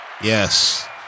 yes